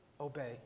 obey